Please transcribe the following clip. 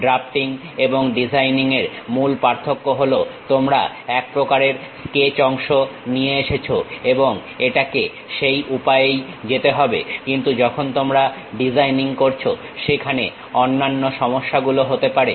drafting এবং designing এর মধ্যে মূল পার্থক্য হলো তোমরা এক প্রকারের স্কেচ অংশ নিয়ে এসেছো এবং এটাকে সেই উপায়েই যেতে হবে কিন্তু যখন তোমরা ডিজাইনিং করছো সেখানে অন্যান্য সমস্যাগুলো হতে পারে